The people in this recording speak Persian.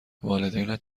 والدینت